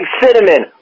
cinnamon